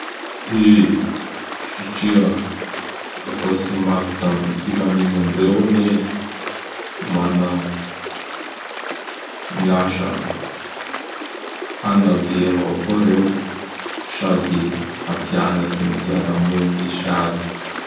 E! Satria ankoatsy ny maha mpitandro ny filamigna andreo anie; mana gny asa hanabe avao koa reo sady hampianatsy gny fiaraha-mony misy azy.